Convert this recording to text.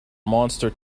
monster